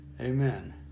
Amen